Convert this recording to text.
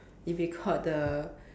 it'll be called the